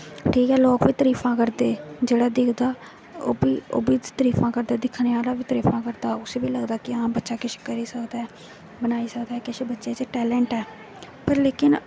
ठीक ऐ लोग बी तरीफां करदे जेह्ड़ा बी दिखदा ओह् बी तरीफां करदा दिक्खने आह्ला बी तरीफां करदा सी बी लगदा कि बच्चा कुछ करी सकदा ऐ बनाई सकदा ऐ बच्चे च टैलेंट ऐ पर लेकिन